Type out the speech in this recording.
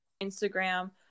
instagram